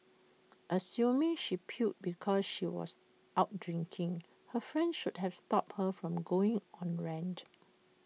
assuming she puked because she was out drinking her friend should have stopped her from going on her rant